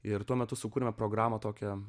ir tuo metu sukūrėme programą tokią